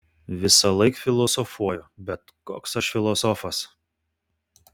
visąlaik filosofuoju bet koks aš filosofas